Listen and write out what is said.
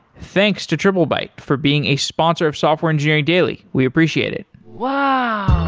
thanks to triplebyte for being a sponsor of software engineering daily. we appreciate it wow!